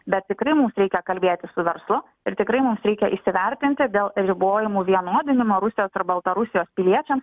bet tikrai mums reikia kalbėti su verslu ir tikrai mums reikia įsivertinti dėl ribojimų vienodinimo rusijos ir baltarusijos piliečiams